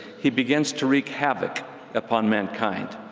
he begins to wreak havoc upon mankind.